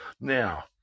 Now